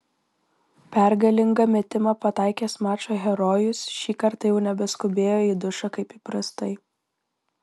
pergalingą metimą pataikęs mačo herojus šį kartą jau nebeskubėjo į dušą kaip įprastai